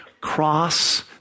cross